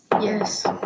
Yes